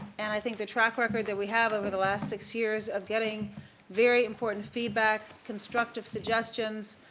and i think the track record that we have over the last six years of getting very important feedback, constructive suggestions,